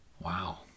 Wow